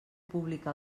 pública